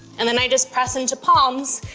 and then i just press into palms,